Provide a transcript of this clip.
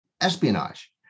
espionage